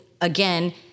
again